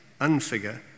unfigure